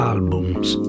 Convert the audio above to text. Albums